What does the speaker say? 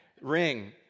ring